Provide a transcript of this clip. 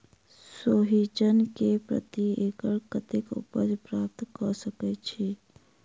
सोहिजन केँ प्रति एकड़ कतेक उपज प्राप्त कऽ सकै छी?